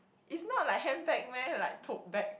is not like handbag meh like tote bag